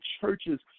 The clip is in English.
churches